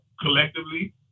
collectively